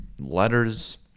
letters